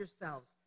yourselves